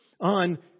on